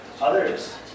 Others